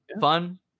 fun